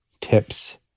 tips